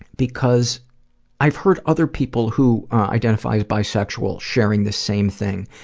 because i've heard other people who identify as bisexual sharing this same thing.